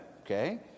Okay